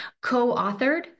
co-authored